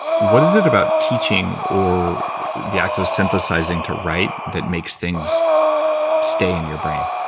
what is it about teaching or the act of synthesizing to write that makes things stay in your brain?